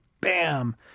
bam